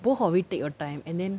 both of it take your time and then